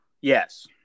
yes